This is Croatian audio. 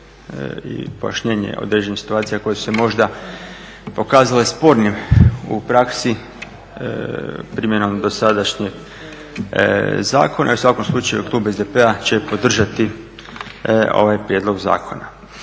i pojašnjenje određenih situacija koje su se možda pokazale spornim u praksi primjenom dosadašnjeg zakona. U svakom slučaju klub SDP-a će podržati ovaj prijedlog zakona.